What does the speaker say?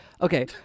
Okay